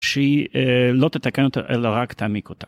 שהיא לא תתקן אותה אלא רק תעמיק אותה.